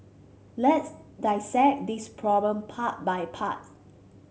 let's dissect this problem part by parts